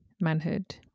manhood